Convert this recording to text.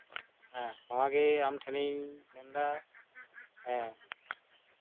ᱱᱚᱣᱟᱜᱮ ᱟᱢ ᱴᱷᱮᱱᱤᱧ ᱢᱮᱱᱫᱟ ᱦᱮᱸ